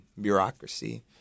bureaucracy